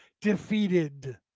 defeated